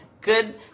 Good